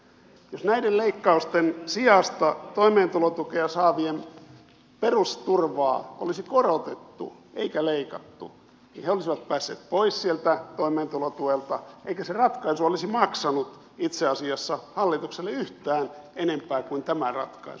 jos näiden leikkausten sijasta toimeentulotukea saavien perusturvaa olisi korotettu eikä leikattu niin he olisivat päässeet pois sieltä toimeentulotuelta eikä se ratkaisu olisi maksanut itse asiassa hallitukselle yhtään enempää kuin tämä ratkaisu